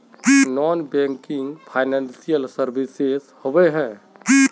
Non banking financial services होबे है?